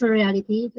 reality